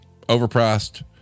overpriced